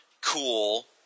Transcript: cool